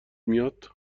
میاد